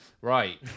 Right